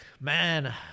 man